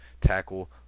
tackle